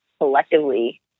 collectively